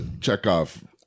Chekhov